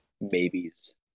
maybes